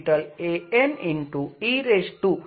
sin nπby શું છે